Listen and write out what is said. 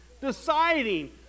deciding